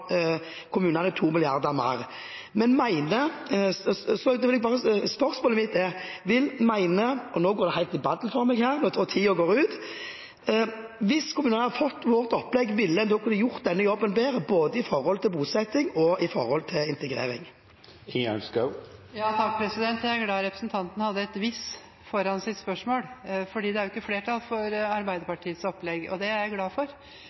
kommunene 2 mrd. kr mer. Spørsmålet mitt er: Hvis kommunene hadde fått vårt opplegg, ville en da kunne gjort denne jobben bedre, med hensyn til både bosetting og integrering? Jeg er glad for at representanten hadde et «hvis» foran sitt spørsmål, for det er jo ikke flertall for Arbeiderpartiets opplegg, og det er jeg glad for.